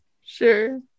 sure